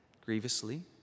grievously